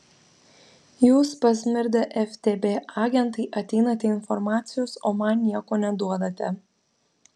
jūs pasmirdę ftb agentai ateinate informacijos o man nieko neduodate